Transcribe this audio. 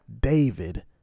David